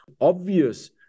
obvious